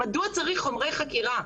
מדוע צריך חומרי חקירה?